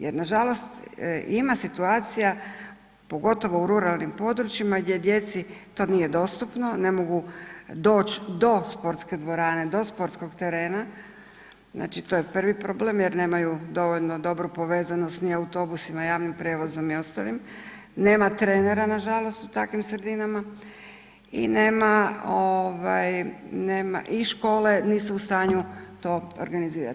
Jer nažalost ima situacija pogotovo u ruralnim područjima gdje djeci to nije dostupno, ne mogu doći do sportske dvorane, do sportskog terena, znači to je prvi problem jer nemaju dovoljno dobru povezanost ni autobusima, javnim prijevozom i ostalim, nema trenera nažalost u takvim sredinama i nema ovaj nema i škole nisu u stanju to organizirati.